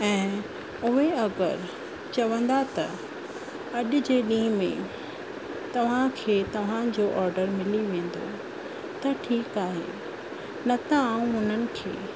ऐं उहे अगरि चवंदा त अॼु जे ॾींहं में तव्हांखे तव्हांजो ऑडर मिली वेंदो त ठीकु आहे न त आउं उन्हनि खे